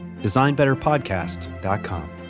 designbetterpodcast.com